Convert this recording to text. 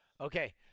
Okay